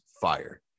fire